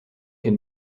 can